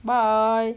bye